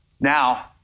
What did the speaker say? Now